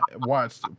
watched